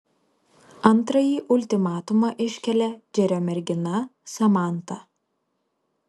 antrąjį ultimatumą iškelia džerio mergina samanta